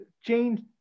change